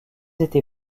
été